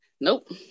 Nope